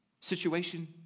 situation